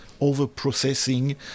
over-processing